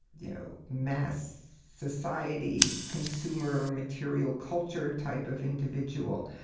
you know, mass-society-consumer-material culture type of individual.